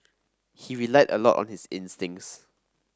he relied a lot on his instincts